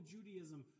Judaism